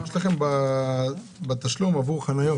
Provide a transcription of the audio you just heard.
יש לכם בתשלום עבור חניות